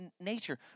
nature